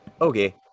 Okay